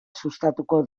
sustatuko